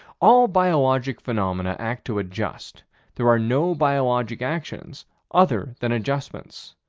all biologic phenomena act to adjust there are no biologic actions other than adjustments.